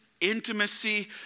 intimacy